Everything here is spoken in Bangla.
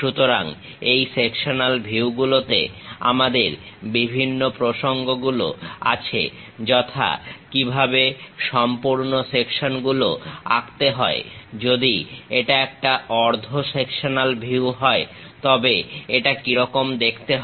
সুতরাং এই সেকশনাল ভিউগুলোতে আমাদের বিভিন্ন প্রসঙ্গগুলো আছে যথা কিভাবে সম্পূর্ণ সেকশনগুলো আঁকতে হয় যদি এটা একটা অর্ধ সেকশনাল ভিউ হয় তবে এটা কি রকম দেখতে হয়